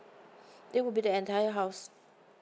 it would be the entire house